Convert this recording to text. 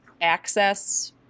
access